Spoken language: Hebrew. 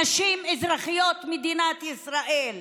נשים, אזרחיות מדינת ישראל: